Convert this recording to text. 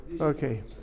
okay